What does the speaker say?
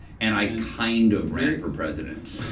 and i kind of ran for president.